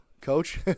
Coach